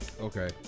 Okay